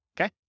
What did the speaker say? okay